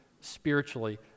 spiritually